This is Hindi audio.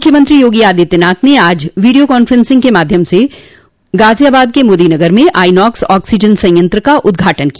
मुख्यमंत्री योगी आदित्यनाथ ने आज वीडियो कॉन्फ्रेंसिंग के माध्यम स गाजियाबाद के मोदी नगर में आईनोक्स ऑक्सीजन संयंत्र का उद्घाटन किया